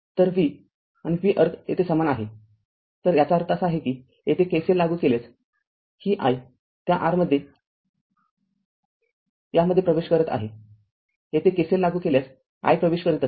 तर V आणि V अर्थ येथे समान आहे तर याचा अर्थ असा आहे की येथे KCL लागू केल्यास ही i त्या r मध्ये काय कॉल यामध्ये प्रवेश करत आहेयेथे KCL लागू केल्यास i प्रवेश करीत आहे